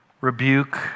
rebuke